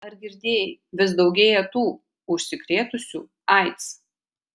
ar girdėjai vis daugėja tų užsikrėtusių aids